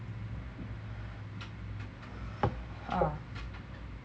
uh